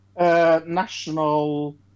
national